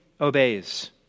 obeys